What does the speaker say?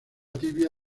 tibia